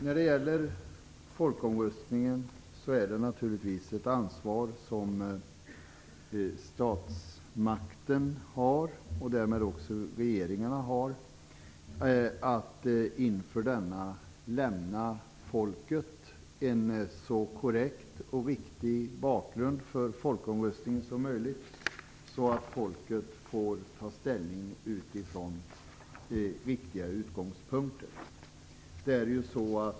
När det gäller folkomröstningen har statsmakten och därmed också regeringarna ett ansvar att inför denna lämna folket en så korrekt och riktig bakgrund som möjligt, så att folket får ta ställning från riktiga utgångspunkter.